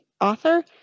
author